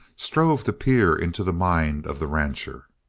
strove to peer into the mind of the rancher.